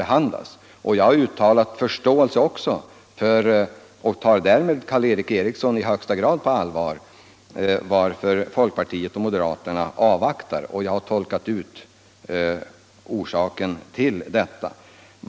Jag har också uttalat förståelse — och därmed i högsta grad tagit Karl Erik Eriksson på allvar —- för att folkpartiet och moderata samlingspartiet avvaktar. Jag har också utvecklat orsaken till detta.